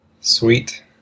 Sweet